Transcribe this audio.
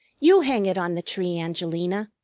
you hang it on the tree, angelina,